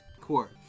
core